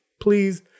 please